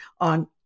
on